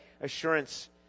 assurance